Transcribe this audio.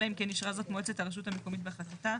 אלא אם כן אישרה זאת מועצת הרשות המקומית בהחלטתה.